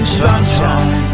sunshine